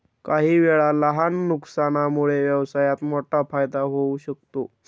काहीवेळा लहान नुकसानामुळे व्यवसायात मोठा फायदा होऊ शकतो